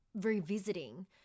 revisiting